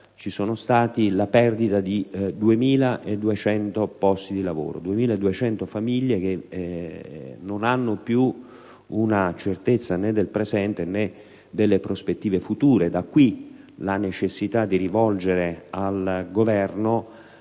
si è registrata la perdita di 2.200 posti di lavoro; 2.200 famiglie non hanno più una certezza né del presente né del futuro. Da qui la necessità di rivolgere al Governo